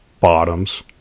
bottoms